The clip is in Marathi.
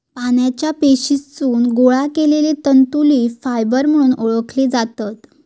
पानांच्या पेशीतसून गोळा केलले तंतू लीफ फायबर म्हणून ओळखले जातत